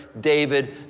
David